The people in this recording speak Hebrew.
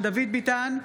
דוד ביטן,